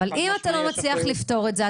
אבל אם אתה לא מצליח לפתור את זה?